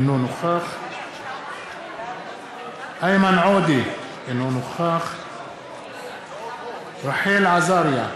אינו נוכח איימן עודה, אינו נוכח רחל עזריה,